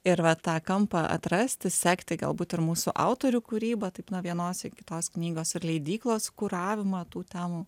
ir va tą kampą atrasti sekti galbūt ir mūsų autorių kūrybą taip nuo vienos ir kitos knygos ir leidyklos kuravimą tų temų